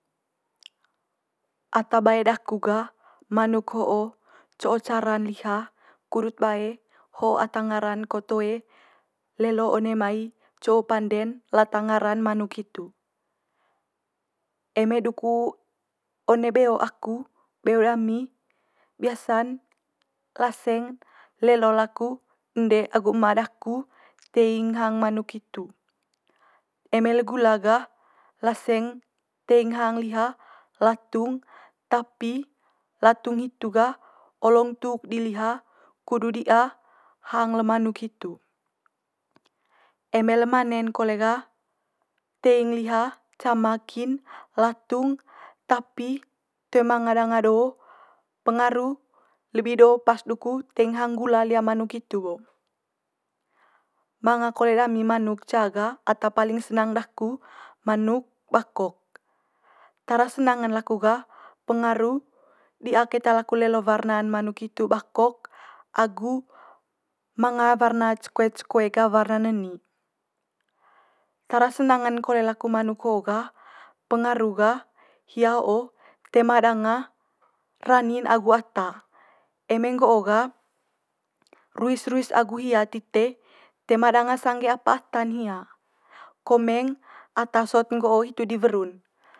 ata bae daku ga manuk ho'o co'o cara'n liha kudut bae ho'o ata ngaran ko toe lelo one mai co pande'n latang ngaran manuk hitu. Eme duku one beo aku beo dami biasa'n laseng lelo laku ende agu ema daku teing hang manuk hitu. Eme le gula gah laseng teing hang liha latung, tapi latung hitu gah olong tuk di liha kudu di'a hang le manuk hitu. Eme le mane'n kole gah teing liha cama kin latung tapi toe manga danga do, pengaru lebi do pas duku teing hang gula liha manuk hitu bo. Manga kole dami manuk ca ga ata paling senang daku manuk bakok. Tara senang'n laku ga pengaru di'a keta laku lelo warna'n manuk hitu bakok agu manga warna ce koe ce koe ga warna neni. Tara senang'n kole laku manuk ho ga pengaru ga hia ho'o toe ma danga rani'n agu ata. Eme nggo'o ga ruis ruis agu hia tite toe ma danga sangge apa ata'n hia komeng ata sot nggo'o hitu di weru'n.